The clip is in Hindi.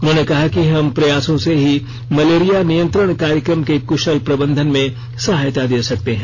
उन्होंने कहा कि हम प्रयासों से ही मलेरिया नियंत्रण कार्यक्रम के कुषल प्रबंधन में सहायता दे सकते हैं